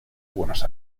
buenos